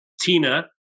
Tina